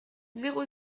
zéro